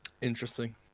Interesting